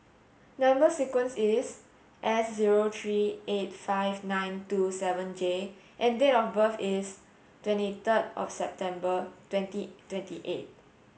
number sequence is S zero three eight five nine two seven J and date of birth is twenty third of September twenty twenty eight